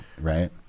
right